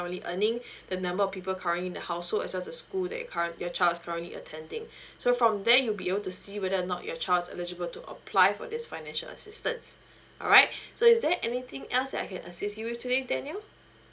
currently earning the number of people currently in the household as well as the school that you're curr~ your child is currently attending so from there you'll be able to see whether or not your child is eligible to apply for this financial assistance alright so is there anything else that I can assist you with today daniel